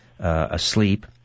Asleep